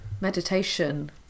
meditation